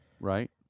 right